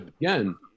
again